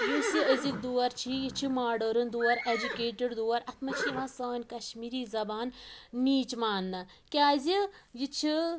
یُس یہِ أزیِٛک دور چھُ یہِ چھُ ماڈٲرٕن دور ایٚجوکیٹِڈ دور اَتھ منٛز چھِ یِوان سٲنۍ کَشمیٖری زبان نیٖچ ماننہٕ کیٛازِ یہِ چھِ